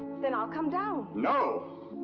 then i'll come down. no!